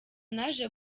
naje